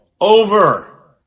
over